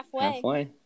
halfway